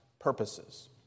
purposes